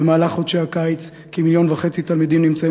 במהלך חודשי הקיץ כ-1.5 מיליון תלמידים נמצאים